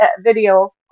video